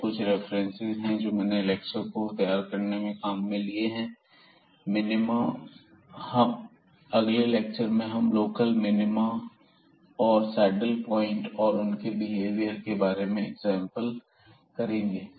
यह कुछ रिफरेंस हैं जो हमने लेक्चर तैयार करने में काम में लिए हैं अगले लेक्चर में हम लोकल मिनिमा और सैडल पॉइंट और उनके बिहेवियर के बारे में और एग्जांपल करेंगे